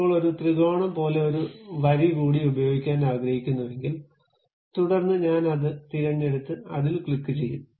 ഇപ്പോൾ ഒരു ത്രികോണം പോലെ ഒരു വരി കൂടി ഉപയോഗിക്കാൻ ആഗ്രഹിക്കുന്നുവെങ്കിൽ തുടർന്ന് ഞാൻ അത് തിരഞ്ഞെടുത്ത് അതിൽ ക്ലിക്കുചെയ്യും